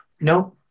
No